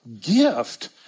Gift